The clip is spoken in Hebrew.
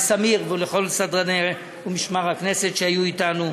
לאמיר, ולכל סדרני הכנסת ומשמר הכנסת שהיו אתנו,